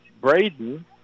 Braden